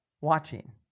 watching